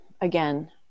again